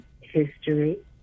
history